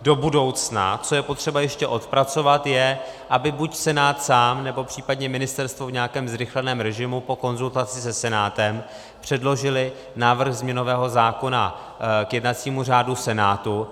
Do budoucna, co je potřeba ještě odpracovat, je, aby buď Senát sám, nebo případně ministerstvo v nějakém zrychleném režimu po konzultaci se Senátem předložilo návrh změnového zákona k jednacímu řádu Senátu.